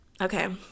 Okay